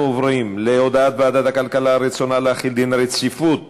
אנחנו עוברים להודעת ועדת הכלכלה על רצונה להחיל דין רציפות